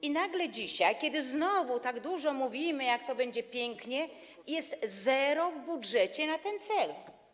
I nagle dzisiaj, kiedy znowu tak dużo mówimy, jak to będzie pięknie, jest zero w budżecie na ten cel.